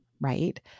Right